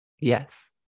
Yes